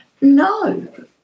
no